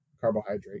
carbohydrate